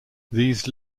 these